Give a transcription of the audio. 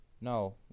No